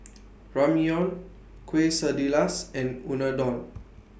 Ramyeon Quesadillas and Unadon